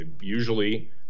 Usually